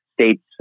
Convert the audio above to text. states